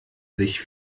sich